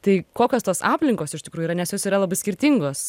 tai kokios tos aplinkos iš tikrųjų yra nes jos yra labai skirtingos